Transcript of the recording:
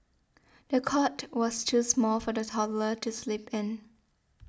the cot was too small for the toddler to sleep in